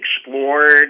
explored